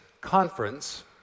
conference